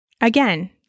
Again